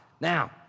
Now